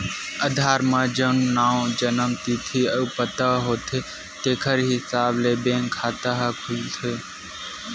आधार म जउन नांव, जनम तिथि अउ पता होथे तेखर हिसाब ले बेंक खाता ह खुलथे